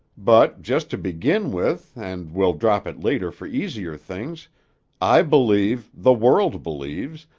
but just to begin with and we'll drop it later for easier things i believe, the world believes,